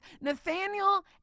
Nathaniel